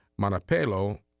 Manapelo